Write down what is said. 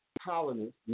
colonists